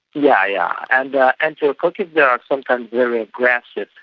yeah yeah and enterococcus, they are sometimes very aggressive.